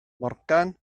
morgan